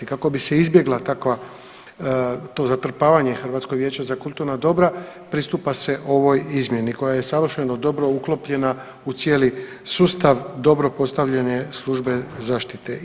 Kako bi se izbjegla takva, to zatrpavanje Hrvatskog vijeća za kulturna dobra pristupa se ovoj izmjeni koja je savršeno dobro uklopljena u cijeli sustav, dobro postavljanje službe zaštite.